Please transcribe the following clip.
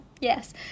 Yes